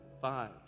five